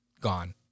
gone